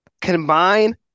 Combine